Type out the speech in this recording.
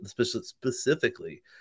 specifically